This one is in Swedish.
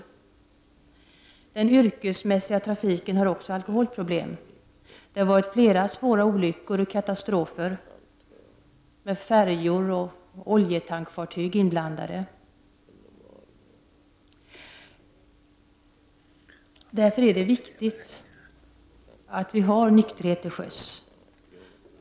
Inom den yrkesmässiga trafiken finns också alkoholproblem. Färjor och oljetankfartyg har varit inblandade i flera svåra olyckor och katastrofer Det är därför viktigt att vi får nykterhet till sjöss.